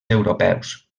europeus